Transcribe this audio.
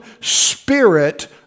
spirit